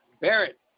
Barrett